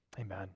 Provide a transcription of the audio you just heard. Amen